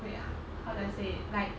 wait how do I say like